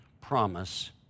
promise